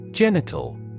Genital